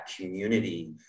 community